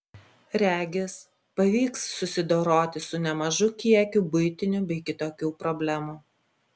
regis pavyks susidoroti su nemažu kiekiu buitinių bei kitokių problemų